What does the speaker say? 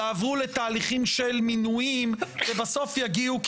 יעברו לתהליכים של מינויים שבסוף יגיעו,